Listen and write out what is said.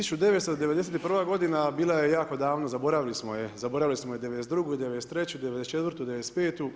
1991. godina bila je jako davno, zaboravili smo je, zaboravili smo i 1992., '93., '94., '95.